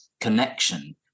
connection